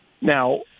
Now